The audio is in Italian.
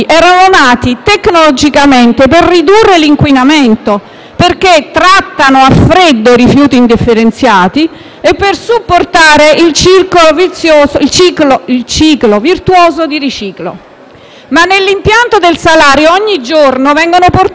perché trattano a freddo rifiuti indifferenziati, e per supportare il ciclo virtuoso di riciclo. Ma nell'impianto del Salario ogni giorno vengono portati rifiuti aggiuntivi rispetto a quelli previsti,